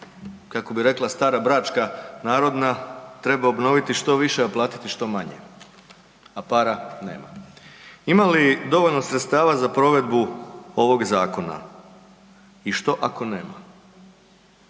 kako bi rekla stara bračka narodna „Treba obnoviti što više a platiti što manje a para nema.“ Ima li dovoljno sredstava za provedbu ovog zakona i što ako nema?